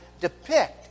depict